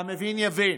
והמבין יבין.